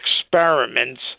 experiments